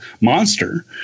monster